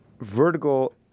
vertical